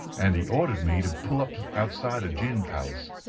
and he ordered me to pull up outside a gin palace.